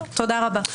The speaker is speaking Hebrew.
תודה רבה.